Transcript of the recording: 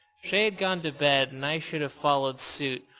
shea had gone to bed and i should have followed suit,